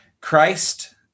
Christ